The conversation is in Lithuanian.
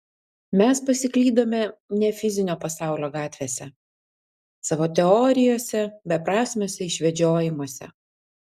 mes pasiklydome ne fizinio pasaulio gatvėse savo teorijose beprasmiuose išvedžiojimuose